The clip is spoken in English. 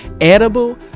edible